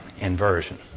inversion